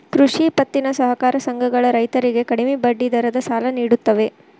ಕೃಷಿ ಪತ್ತಿನ ಸಹಕಾರ ಸಂಘಗಳ ರೈತರಿಗೆ ಕಡಿಮೆ ಬಡ್ಡಿ ದರದ ಸಾಲ ನಿಡುತ್ತವೆ